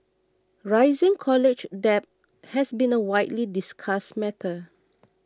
rising college debt has been a widely discussed matter